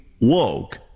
woke